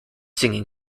singing